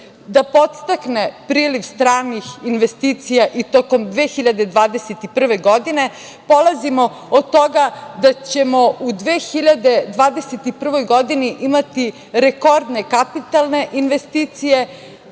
da podstakne priliv stranih investicija i tokom 2021. godine. Polazimo od toga da ćemo u 2021. godini imati rekordne kapitalne investicije.